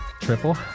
triple